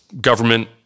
government